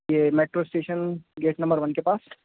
یہ metro station gate number one کے پاس